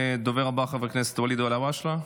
הדובר הבא, חבר הכנסת ואליד אלהואשלה.